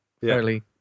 fairly